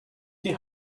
die